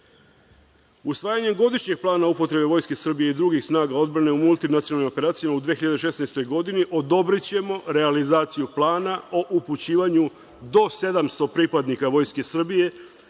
godišnjeg plana upotrebe Vojske Srbije i drugih snaga odbrane u multinacionalnim operacijama u 2016. godini odobrićemo realizaciju plana o upućivanju do 700 pripadnika Vojske Srbije